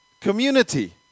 community